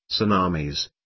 tsunamis